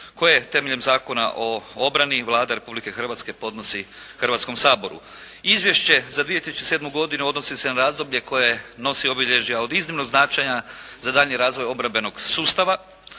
koje, temeljem Zakona o obrani, Vlada Republike Hrvatske podnosi Hrvatskom saboru. Izvješće za 2007. godinu odnosi se na razdoblje koje nosi obilježja od iznimnog značenja za daljnji razvoj obrambenog sustava.